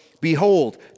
Behold